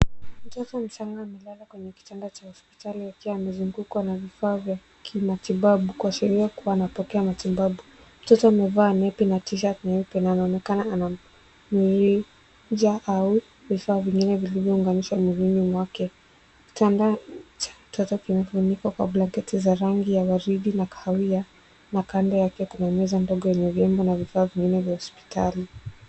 Mtoto mchanga amelala kwenye kitanda cha hospitali akiwa amezungukwa na vifaa vya kimatibabu, kuashiria kuwa anapokeea matibabu. Mtoto amevaa nepi na T-shirt nyeupe na anaonekana ana mirija au vifaa vingine vilivyounganishwa mwilini mwake. Kitanda cha mtoto kimefunikwa kwa blanketi za rangi ya waridi na kahawia, na kando yake kuna meza ndogo yenye vyombo na vifaa muhimu vya hospitali.